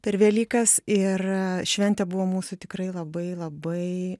per velykas ir šventė buvo mūsų tikrai labai labai